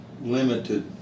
limited